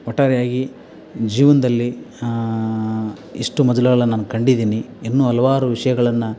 ಒಟ್ಟಾರೆಯಾಗಿ ಜೀವನದಲ್ಲಿ ಇಷ್ಟು ಮಜಲುಗಳನ್ನು ನಾನು ಕಂಡಿದ್ದೀನಿ ಇನ್ನು ಹಲ್ವಾರು ವಿಷಯಗಳನ್ನು